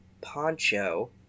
Poncho